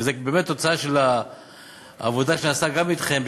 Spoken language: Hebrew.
וזאת באמת תוצאה של העבודה שנעשתה גם אתכם,